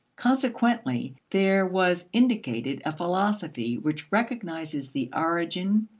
consequently, there was indicated a philosophy which recognizes the origin,